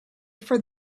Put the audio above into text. for